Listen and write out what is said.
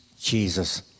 Jesus